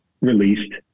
released